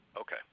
Okay